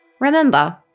Remember